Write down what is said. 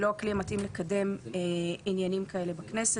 לא הכלי המתאים לקדם עניינים כאלה בכנסת.